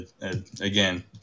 again